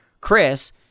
Chris